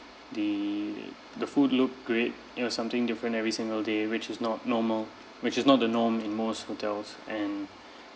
the the food looked great it was something different every single day which is not normal which is not the norm in most hotels and